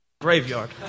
graveyard